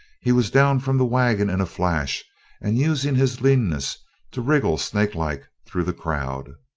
he was down from the wagon in a flash and using his leanness to wriggle snakelike through the crowd.